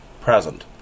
present